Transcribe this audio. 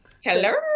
Hello